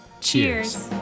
Cheers